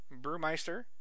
Brewmeister